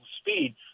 speed